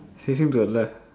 facing to the left